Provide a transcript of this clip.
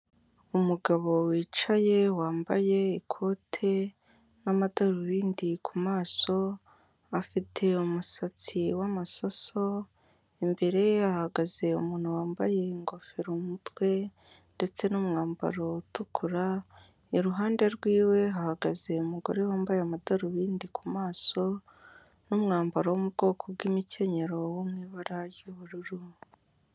Umugabo wicaye wambaye ikote n'amadarubindi ku maso, afite umusatsi w'amasoso, imbere ye hahagaze umuntu wambaye ingofero umutwe ndetse n'umwambaro utukura, iruhande rwiwe hahagaze umugore wambaye amadarubindi ku maso n'umwambaro wo mu bwoko bw'imikenyero wo mu ibara ry'ubururu.